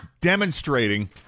demonstrating